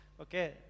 Okay